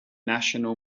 national